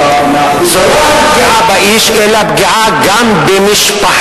זו לא פגיעה רק באיש אלא פגיעה גם במשפחתו,